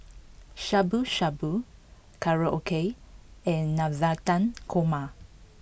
Shabu Shabu Korokke and Navratan Korma